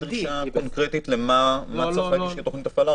אין דרישה קונקרטית למה צריך להיות בשביל תוכנית הפעלה,